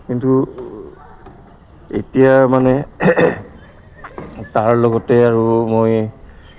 কিন্তু এতিয়া মানে তাৰ লগতে আৰু মই